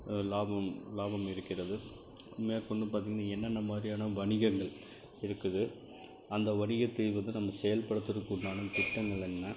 லாபம் லாபம் இருக்கிறது மேற்கொண்டு பார்த்தீங்கன்னா என்னென்ன மாதிரியான வணிகங்கள் இருக்குது அந்த வணிகத்தை வந்து நம்ம செயல்படுத்துகிறக்கு உண்டான திட்டங்கள் என்ன